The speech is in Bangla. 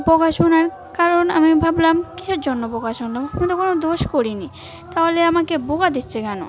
বকা শোনার কারণ আমি ভাবলাম কিসের জন্য বকা শুনলাম আমি তো কোনো দোষ করিনি তা হলে আমাকে বকা দিচ্ছে কেন